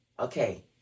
Okay